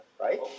right